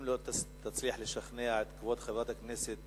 אם לא תצליח לשכנע את כבוד חברת הכנסת